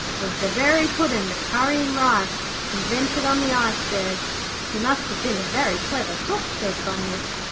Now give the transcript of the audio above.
was the very puddin that curry and rice invented on the iceberg he must have been a very clever cook said bunyip.